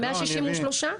ה-163?